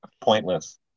pointless